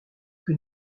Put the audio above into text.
que